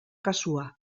kasua